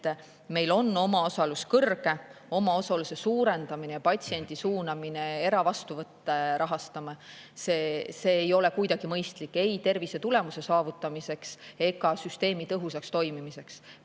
meil on omaosalus kõrge, omaosaluse suurendamine, patsiendi suunamine eravastuvõtte rahastama ei ole kuidagi mõistlik ei tervisetulemuse saavutamiseks ega süsteemi tõhusaks toimimiseks.